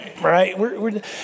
right